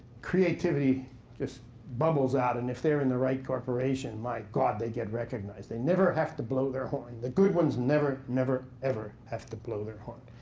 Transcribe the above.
creativity just bubbles out. and if they're in the right corporation, my god, they get recognized. they never have to blow their horn. the good ones never, never, ever have to blow their horn.